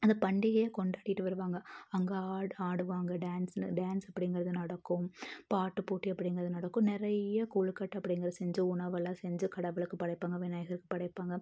அந்தப் பண்டிகையை கொண்டாடிட்டு வருவாங்க அங்கே ஆடு ஆடுவாங்க டான்ஸ்னு டான்ஸ் அப்படிங்கிறது நடக்கும் பாட்டுப் போட்டி அப்படிங்கறது நடக்கும் நிறைய கொழுக்கட்டை அப்படிங்கறத செஞ்சு உணவெல்லாம் செஞ்சு கடவுளுக்குப் படைப்பாக விநாயகருக்குப் படைப்பாங்க